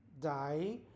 die